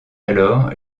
alors